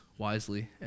wisely